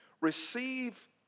receive